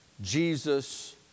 Jesus